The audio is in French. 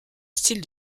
style